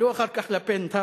עלו אחר כך לפנטהאוז,